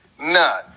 none